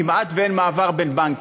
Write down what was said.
כמעט שאין מעבר בין בנקים.